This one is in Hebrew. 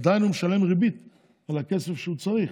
עדיין הוא משלם ריבית על הכסף, שהוא צריך.